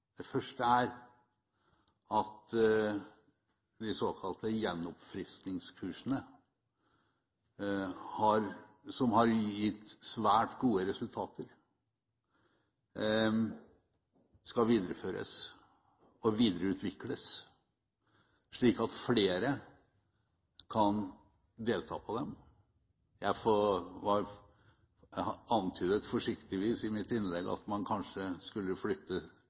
Det første elementet er at de såkalte gjenoppfriskningskursene, som har gitt svært gode resultater, skal videreføres og videreutvikles, slik at flere kan delta på dem. Jeg antydet forsiktig i mitt innlegg at man kanskje skulle flytte